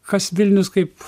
kas vilnius kaip